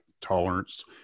tolerance